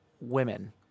women